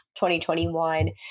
2021